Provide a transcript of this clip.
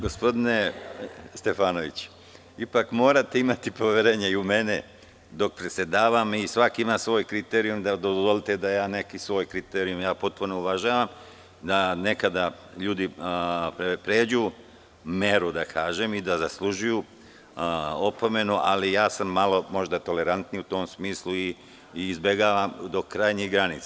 Gospodine Stefanoviću, ipak morate imati poverenja i u mene dok predsedavam i svako ima svoj kriterijum, dozvolite da ja svoj neki kriterijum.. ja potpuno uvažavam da nekada ljudi pređu meru da kažem, i da zaslužuju opomenu, ali ja sam malo tolerantniji u tom smislu i izbegavam do krajnjih granica.